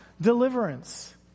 deliverance